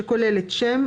שכוללת שם,